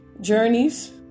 journeys